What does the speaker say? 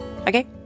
Okay